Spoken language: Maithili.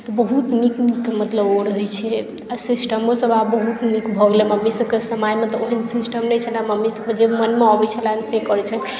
तऽ बहुत नीक नीक मतलब ओ रहैत छै मतलब सिस्टमोसभ आब बहुत नीकसभ भऽ गेलै मम्मीसभके समयमे तऽ ओसभ सिस्टम नहि छलए मम्मीसभके मोनमे जे अबैत छलनि से करैत छलखिन